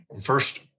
first